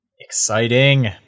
exciting